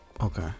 Okay